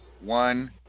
one